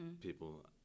people